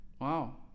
Wow